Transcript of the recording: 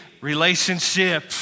relationship